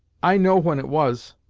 i know when it was,